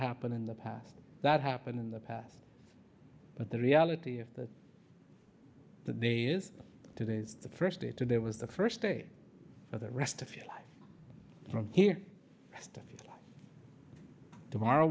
happened in the past that happened in the past but the reality of the day is today is the first day today was the first day for the rest of your life from here tomorrow